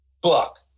book